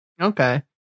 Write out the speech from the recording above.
Okay